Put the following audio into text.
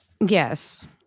Yes